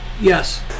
Yes